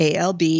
ALB